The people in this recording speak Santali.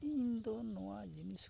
ᱤᱧ ᱫᱚ ᱱᱚᱣᱟ ᱡᱤᱱᱤᱥ ᱠᱚᱫᱚ